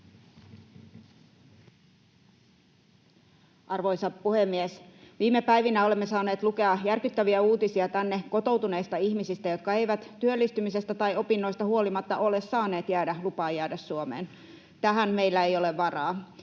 Arvoisa puhemies! Viime päivinä olemme saaneet lukea järkyttäviä uutisia tänne kotoutuneista ihmisistä, jotka eivät työllistymisestä tai opinnoista huolimatta ole saaneet lupaa jäädä Suomeen. Tähän meillä ei ole varaa.